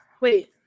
wait